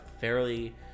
fairly